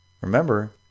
Remember